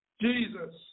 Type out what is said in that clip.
Jesus